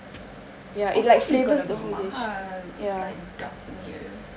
of course it's gonna be mahal it's like duck meat err